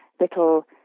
little